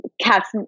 cats